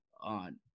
on